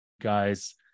guys